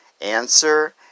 Answer